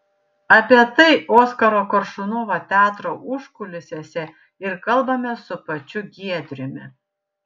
apie tai oskaro koršunovo teatro užkulisiuose ir kalbamės su pačiu giedriumi